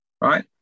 right